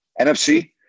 NFC